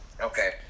okay